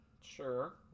Sure